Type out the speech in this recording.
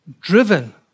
driven